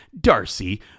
Darcy